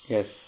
Yes